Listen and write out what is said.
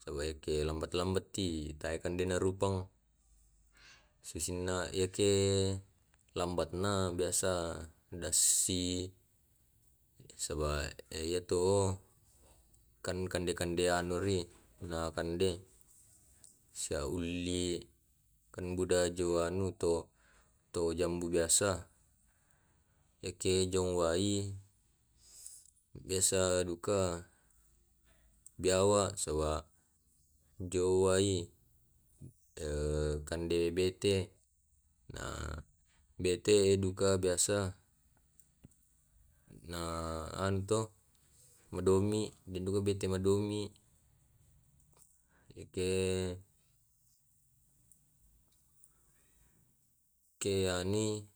saba yake lambat-lambat i tae kande narupang susinna yake lambat na biasa dassi saba yato’o kan kande kande anu ri na kande sia ulli kan buda jo anu to to jambu biasa ya ke jong wai biasa duka biawak saba jo wai kande bete na bete duka biasa na anu to madomi deng duka bete madomi yake ke anui.